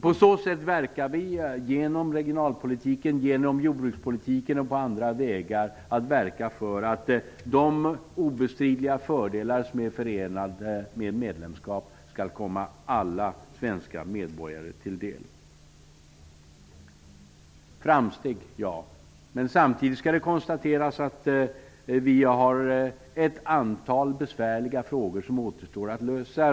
På så sätt arbetar vi för att genom regionalpolitiken, jordbrukspolitiken och på andra vägar verka för att de obestridliga fördelar som är förenade med medlemskap skall komma alla svenska medborgare till del. Framsteg -- ja. Men samtidigt skall vi konstatera att det finns ett antal besvärliga frågor som återstår att lösa.